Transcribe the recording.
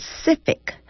specific